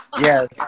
Yes